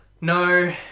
No